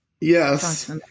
Yes